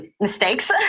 mistakes